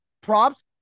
props